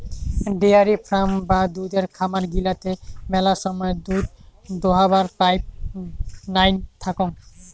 dairy farm বা দুধের খামার গিলাতে মেলা সময় দুধ দোহাবার পাইপ নাইন থাকাং